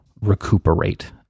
recuperate